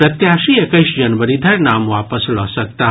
प्रत्याशी एक्कैस जनवरी धरि नाम वापस लऽ सकताह